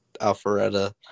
Alpharetta